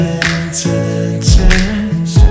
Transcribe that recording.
intentions